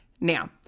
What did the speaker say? Now